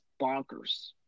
bonkers